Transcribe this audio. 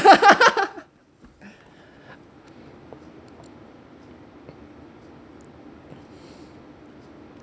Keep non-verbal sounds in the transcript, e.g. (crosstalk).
(laughs) (noise)